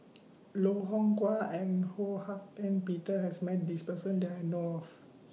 Loh Hoong Kwan and Ho Hak Ean Peter has Met This Person that I know of